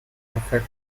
affect